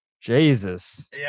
Jesus